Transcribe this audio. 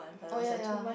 oh ya ya